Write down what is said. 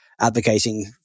advocating